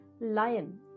Lion